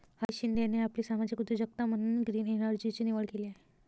हरीश शिंदे यांनी आपली सामाजिक उद्योजकता म्हणून ग्रीन एनर्जीची निवड केली आहे